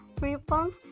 response